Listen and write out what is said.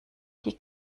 die